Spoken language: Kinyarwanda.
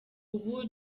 ubu